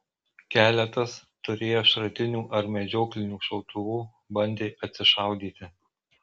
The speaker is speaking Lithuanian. keletas turėję šratinių ar medžioklinių šautuvų bandė atsišaudyti